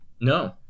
No